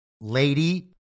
lady